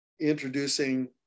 introducing